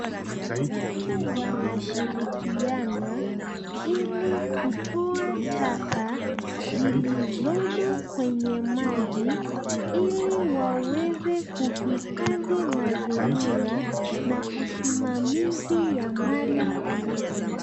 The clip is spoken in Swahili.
Watu wanashirikiana ili kutoa taka zilizomo kwenye majin ili waweze kuhifadhi mazingira na usimamizi ya mali halisi.